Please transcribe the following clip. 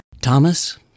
Thomas